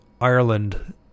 Ireland